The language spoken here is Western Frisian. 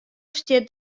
stiet